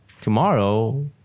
tomorrow